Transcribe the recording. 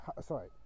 Sorry